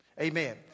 Amen